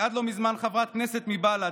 עד לא מזמן חברת כנסת מבל"ד,